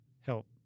help